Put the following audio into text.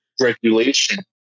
regulation